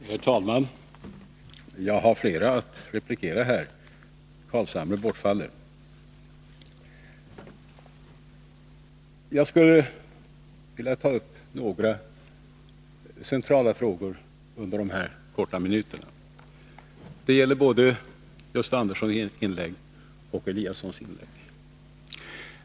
Herr talman! Jag har flera ledamöter att replikera — Nils Carlshamre bortfaller dock. Jag skulle under de här få minuterna vilja ta upp några centrala frågor med anledning av Gösta Anderssons och Ingemar Eliassons inlägg.